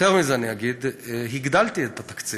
יותר מזה אני אגיד: הגדלתי את התקציב.